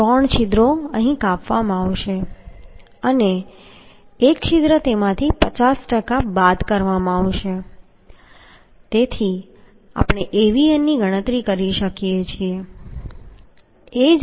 તેથી ત્રણ છિદ્રો કાપવામાં આવશે અને એક છિદ્ર તેમાંથી 50 ટકા બાદ કરવામાં આવશે તેથી આપણે Avn ની ગણતરી કરી શકીએ છીએ